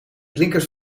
klinkers